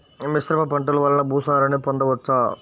మిశ్రమ పంటలు వలన భూసారాన్ని పొందవచ్చా?